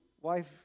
wife